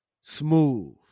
Smooth